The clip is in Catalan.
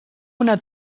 una